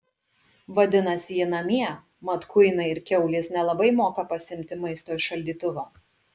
vadinasi ji namie mat kuinai ir kiaulės nelabai moka pasiimti maisto iš šaldytuvo